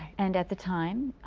and at the time,